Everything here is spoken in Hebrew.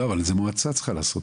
לא, אבל זה מועצה צריכה לעשות.